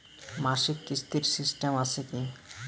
মাসিক কিস্তির সিস্টেম আছে কি?